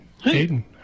Hayden